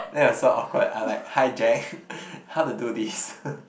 then it was so awkward I like hi Jack how to do this